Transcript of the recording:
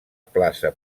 plaça